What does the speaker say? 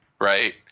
right